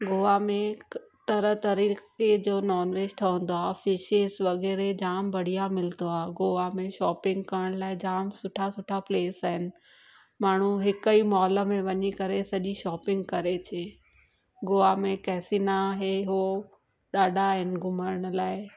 गोवा में हिकु तरह तरीक़े जो नॉन वेज ठहंदो आहे फिशिस वग़ैरह जाम बढ़िया मिलंदो आहे गोवा में शॉपिंग करण लाइ जाम सुठा सुठा प्लेस आहिनि माण्हू हिक ई मॉल में वञी करे सॼी शॉपिंग करे अचे गोवा में केसिना आहे हुओ ॾाढा आहिनि घुमण लाइ